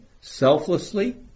selflessly